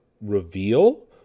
reveal